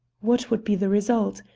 what would be the result?